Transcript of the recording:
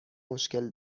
مشکل